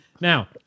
Now